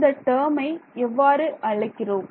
இந்த டேர்மை எவ்வாறு அழைக்கிறோம்